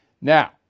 Now